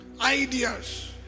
ideas